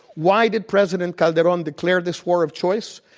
why did president calderon declare this war of choice?